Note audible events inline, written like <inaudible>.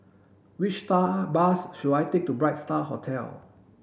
which <unintelligible> bus should I take to Bright Star Hotel